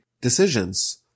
decisions